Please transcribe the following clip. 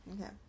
Okay